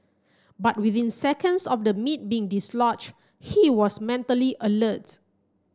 but within seconds of the meat being dislodged he was mentally alert